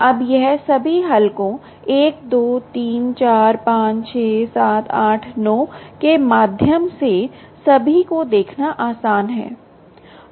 अब यह सभी हलकों 1 2 3 4 5 6 7 8 9 के माध्यम से सभी को देखना आसान है